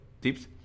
tips